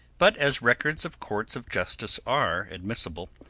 but as records of courts of justice are admissible,